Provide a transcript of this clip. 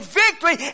victory